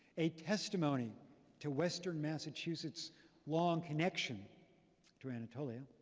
a testimony to western massachusetts long connection to anatolia.